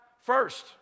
first